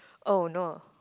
oh no